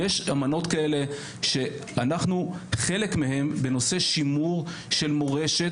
יש אמנות כאלה שאנחנו חלק מהן בנושא של שימור של מורשת